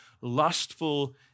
lustful